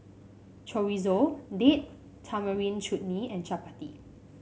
Chorizo Date Tamarind Chutney and Chapati